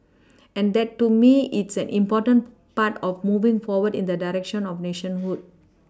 and that to me is an important part of moving forward in the direction of nationhood